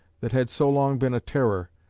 that had so long been a terror,